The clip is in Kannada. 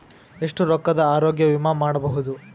ಎಷ್ಟ ರೊಕ್ಕದ ಆರೋಗ್ಯ ವಿಮಾ ಮಾಡಬಹುದು?